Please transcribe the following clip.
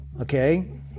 Okay